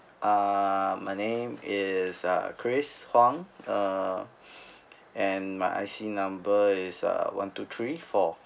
uh my name is uh chris Huang uh and my I_C number is uh one two three four